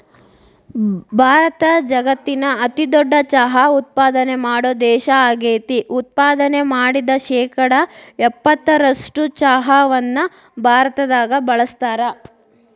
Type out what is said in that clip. ಭಾರತ ಜಗತ್ತಿನ ಅತಿದೊಡ್ಡ ಚಹಾ ಉತ್ಪಾದನೆ ಮಾಡೋ ದೇಶ ಆಗೇತಿ, ಉತ್ಪಾದನೆ ಮಾಡಿದ ಶೇಕಡಾ ಎಪ್ಪತ್ತರಷ್ಟು ಚಹಾವನ್ನ ಭಾರತದಾಗ ಬಳಸ್ತಾರ